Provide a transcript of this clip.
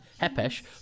Hepesh